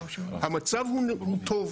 המצב הוא טוב.